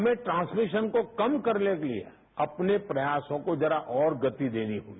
हमें ट्रांसमिशन को कम करने के लिए अपने प्रयासों और जरा और गति देनी होगी